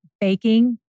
Baking